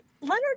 Leonard